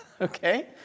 okay